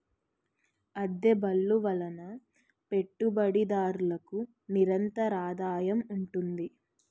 అద్దె బళ్ళు వలన పెట్టుబడిదారులకు నిరంతరాదాయం ఉంటుంది